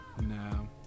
No